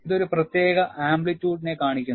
ഇത് ഒരു പ്രത്യേക ആംപ്ലിറ്യൂഡിനെ കാണിക്കുന്നു